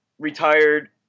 retired